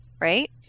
Right